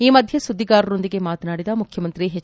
ಈ ಮಧ್ಯೆ ಸುದ್ದಿಗಾರರೊಂದಿಗೆ ಮಾತನಾಡಿದ ಮುಖ್ಯಮಂತ್ರಿ ಎಚ್